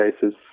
cases